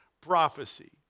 prophecy